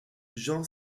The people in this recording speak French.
jean